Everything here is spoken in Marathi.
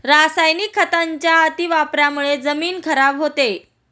रासायनिक खतांच्या अतिवापरामुळे जमीन खराब होते